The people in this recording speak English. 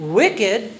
wicked